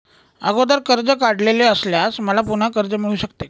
अगोदर कर्ज काढलेले असल्यास मला पुन्हा कर्ज मिळू शकते का?